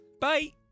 Bye